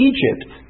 Egypt